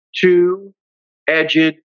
Two-edged